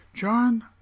John